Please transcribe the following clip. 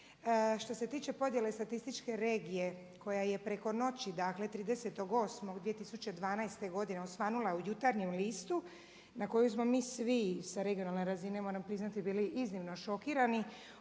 Što se tiče podjele statističke regije koja je preko noći dakle 30.8. 2012. godine osvanula u Jutarnjem listu na kojoj smo mi svi sa regionalne razine moram priznati bili iznimno šokirani